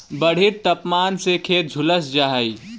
बढ़ित तापमान से खेत झुलस जा हई